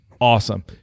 Awesome